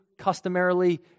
customarily